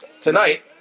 tonight